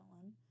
one